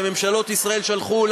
שממשלות ישראל שלחו,